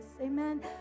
Amen